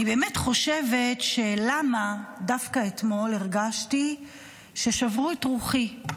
אני באמת חושבת למה דווקא אתמול הרגשתי ששברו את רוחי.